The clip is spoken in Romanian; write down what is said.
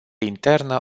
internă